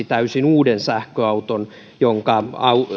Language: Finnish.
täysin uuden sähköauton jonka